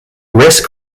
risk